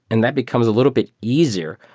and that becomes a little bit easier.